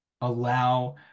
allow